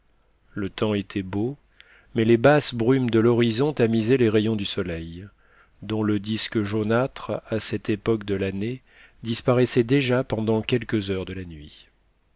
le temps était beau mais les basses brumes de l'horizon tamisaient les rayons du soleil dont le disque jaunâtre à cette époque de l'année disparaissait déjà pendant quelques heures de la nuit